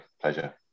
Pleasure